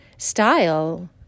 style